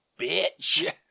bitch